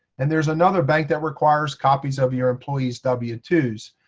and there's another bank that requires copies of your employees w two s.